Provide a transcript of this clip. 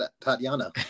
Tatiana